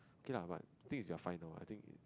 okay lah but I think is your final I think